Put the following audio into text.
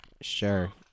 Sure